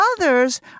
Others